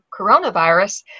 coronavirus